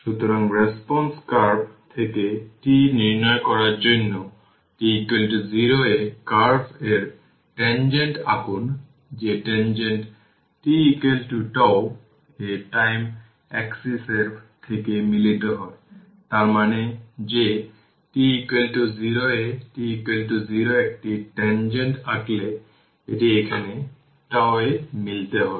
সুতরাং response curve থেকে τ নির্ণয় করার জন্য t 0 এ কার্ভ এর টেনজেন্ট আঁকুন যে টেনজেন্ট t τ এ টাইম এক্সিস এর সাথে মিলিত হয় তার মানে যে t 0 এ t 0 একটি টেনজেন্ট আঁকলে এটি এখানে τ এ মিলিত হবে